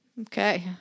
Okay